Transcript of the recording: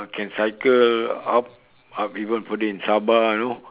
can cycle up up even further in sabah you know